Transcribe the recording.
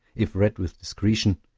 if read with discretion,